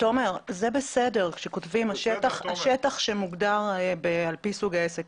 זה בסדר שכותבים שהשטח שמוגדר על פי סוג העסק.